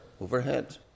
overhead